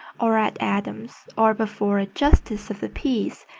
or at adam's, or before a justice of the peace,